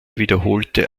wiederholte